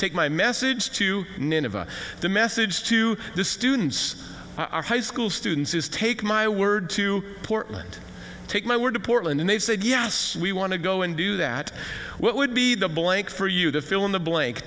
take my message to nineveh the message to the students our high school students is take my word to portland take my word to portland and they've said yes we want to go and do that what would be the blank for you to fill in the blank